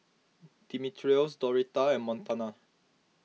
Dimitrios Doretta and Montana